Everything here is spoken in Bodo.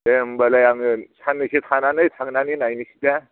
दे होनबालाय आङो साननैसो थानानै थांनानै नायनोसै दे